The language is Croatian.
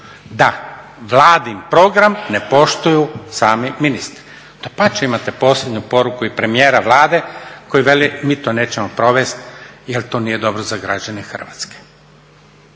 Da, Vladin program ne poštuju sami ministri. Dapače, imate posljednju poruku i premijera Vlade koji veli mi to nećemo provesti jer to nije dobro za građane Hrvatske.